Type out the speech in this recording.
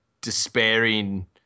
despairing